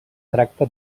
tracta